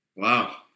Wow